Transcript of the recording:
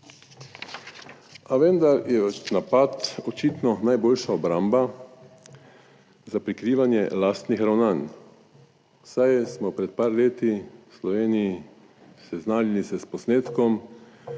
A vendar je napad očitno najboljša obramba za prikrivanje lastnih ravnanj, saj smo pred par leti v Sloveniji seznanili se s posnetkom